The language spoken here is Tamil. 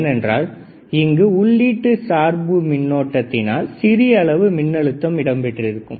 ஏனென்றால் இங்கு உள்ளீட்டு சார்பு மின்னோட்டத்தினால் சிறிய அளவு மின்னழுத்தம் இடம்பெற்றிருக்கும்